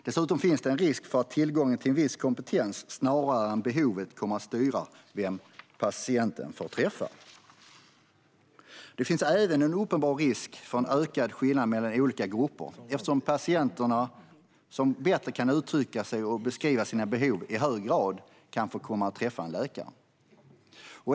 Dessutom finns det en risk för att tillgången till en viss kompetens, snarare än behovet, kommer att styra vem patienten får träffa. Det finns även en uppenbar risk för ökade skillnader mellan olika grupper eftersom patienter som bättre kan uttrycka sig och beskriva sina behov i högre grad kan få komma att träffa en läkare.